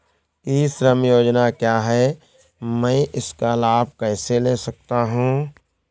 ई श्रम योजना क्या है मैं इसका लाभ कैसे ले सकता हूँ?